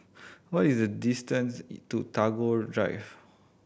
what is the distance to Tagore Drive